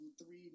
three